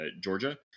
Georgia